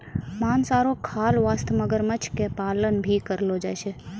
मांस आरो खाल वास्तॅ मगरमच्छ के पालन भी करलो जाय छै